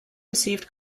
received